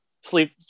sleep